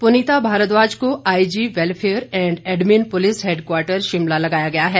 पुनीता भारद्वाज को IG welfare and admin police headquarter Shimla लगाया है